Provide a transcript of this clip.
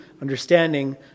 understanding